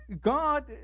God